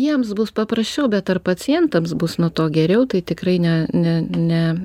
jiems bus paprasčiau bet ar pacientams bus nuo to geriau tai tikrai ne ne ne